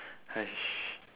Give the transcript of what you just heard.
!hais!